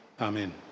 Amen